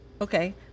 Okay